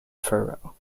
furrow